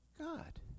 God